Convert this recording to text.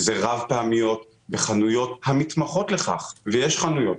הן נמכרות בחנויות המתמחות לכך ויש חנויות.